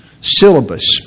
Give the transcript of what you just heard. syllabus